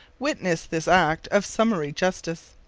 witnessed this act of summary justice.